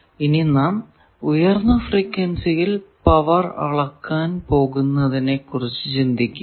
ഇനി നാം ഉയർന്ന ഫ്രീക്വൻസിയിൽ പവർ അളക്കാൻ പോകുന്നതിനെ കുറിച്ച് ചിന്തിക്കുക